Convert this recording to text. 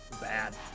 Bad